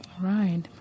right